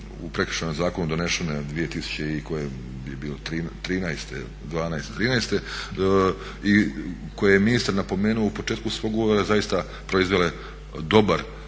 u Prekršajnom zakonu donesene od 2013., 2012., '13.-te i koje je ministar napomenuo u početku svog govora zaista proizvele dobar